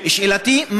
שאלתי,